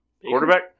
Quarterback